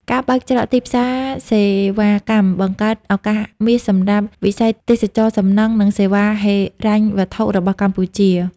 ការបើកច្រកទីផ្សារសេវាកម្មបង្កើតឱកាសមាសសម្រាប់វិស័យទេសចរណ៍ សំណង់ និងសេវាហិរញ្ញវត្ថុរបស់កម្ពុជា។